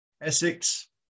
Essex